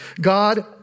God